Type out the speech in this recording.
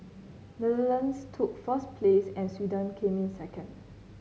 netherlands took first place and Sweden came in second